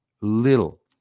little